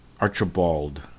Archibald